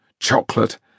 chocolate